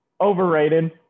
overrated